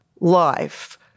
life